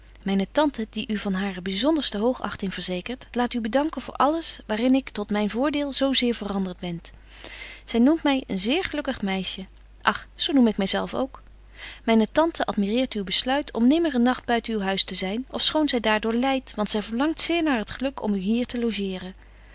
myne tante die u van hare byzonderste hoogachting verzekert laat u bedanken voor alles waar in ik tot myn voordeel zo zeer verandert ben zy noemt my een zeer gelukkig meisje ach zo noem ik my zelf ook myne tante admireert uw besluit om nimmer een nagt buiten uw huis te zyn ofschoon zy daar door lydt want zy verlangt zeer naar t geluk om u hier te logeeren